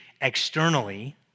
externally